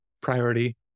priority